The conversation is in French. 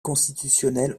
constitutionnel